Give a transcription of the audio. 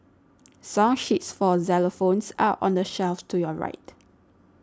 song sheets for xylophones are on the shelf to your right